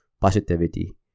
positivity